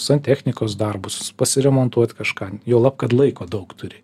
santechnikos darbus pasiremontuot kažką juolab kad laiko daug turi